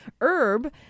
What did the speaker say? herb